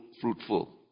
fruitful